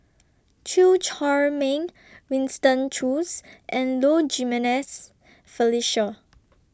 Chew Chor Meng Winston Choos and Low Jimenez Felicia